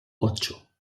ocho